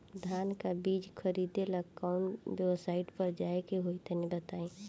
धान का बीज खरीदे ला काउन वेबसाइट पर जाए के होई तनि बताई?